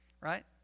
right